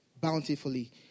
bountifully